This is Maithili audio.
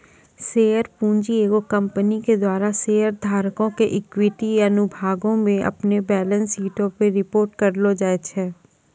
शेयर पूंजी एगो कंपनी के द्वारा शेयर धारको के इक्विटी अनुभागो मे अपनो बैलेंस शीटो पे रिपोर्ट करलो जाय छै